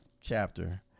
chapter